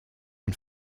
und